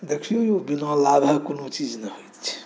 देखिऔ यौ बिना लाभके कोनो चीज नहि होइ छै